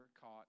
caught